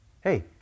Hey